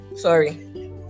sorry